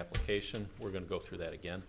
application we're going to go through that again